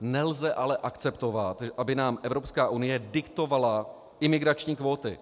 Nelze ale akceptovat, aby nám Evropská unie diktovala imigrační kvóty,